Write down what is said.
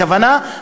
הכוונה,